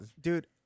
Dude